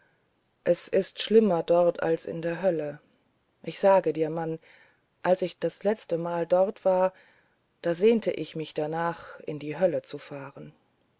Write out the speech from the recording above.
es ist schlimmer dort als in der hölle ich sage dir mann als ich letztes mal dort war da sehnte ich mich danach in die hölle zu fahren